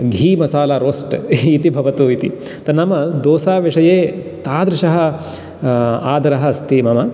घीमसालारोस्ट् इति भवतु इति तन्नाम दोसाविषये तादृशः आदरः अस्ति मम